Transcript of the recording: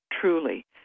truly